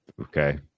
okay